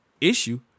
issue